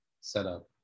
setup